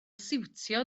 siwtio